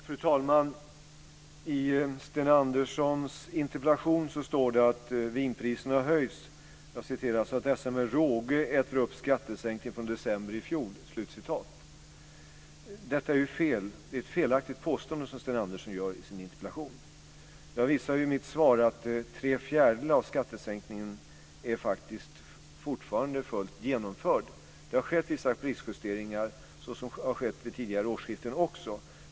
Fru talman! I Sten Anderssons interpellation står det att vinpriserna höjs "så att dessa med råge äter upp skattesänkningen från december i fjol." Det är ett felaktigt påstående som Sten Andersson gör i sin interpellation. Jag visar i mitt svar att tre fjärdedelar av prissänkningen faktiskt kvarstår. Det har skett vissa prisjusteringar, som också har skett vid tidigare årsskiften.